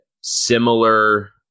similar